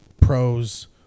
pros